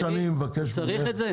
הוא צריך את זה?